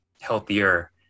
healthier